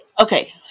Okay